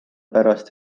pärast